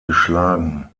geschlagen